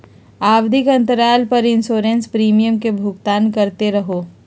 आवधिक अंतराल पर इंसोरेंस प्रीमियम के भुगतान करते रहो